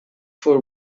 for